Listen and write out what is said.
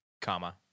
comma